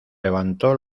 levanto